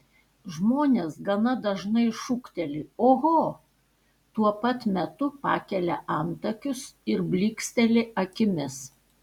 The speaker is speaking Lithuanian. žmonės gana dažnai šūkteli oho tuo pat metu pakelia antakius ir blyksteli akimis